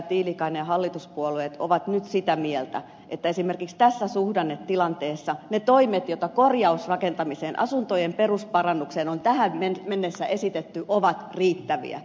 tiilikainen ja hallituspuolueet ovat nyt sitä mieltä että esimerkiksi tässä suhdannetilanteessa ne toimet joita korjausrakentamiseen asuntojen perusparannukseen on tähän mennessä esitetty ovat riittäviä